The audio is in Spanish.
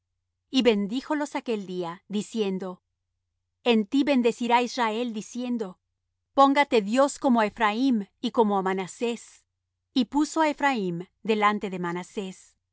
y bendíjolos aquel día diciendo en ti bendecirá israel diciendo póngate dios como á ephraim y como á manasés y puso á ephraim delante de manasés